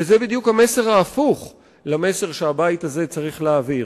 וזה בדיוק המסר ההפוך למסר שהבית הזה צריך להעביר.